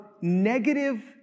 negative